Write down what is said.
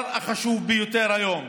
הוא אמר "ארגז כלים", חשבתי ארגז קטן.